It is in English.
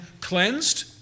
cleansed